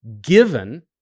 given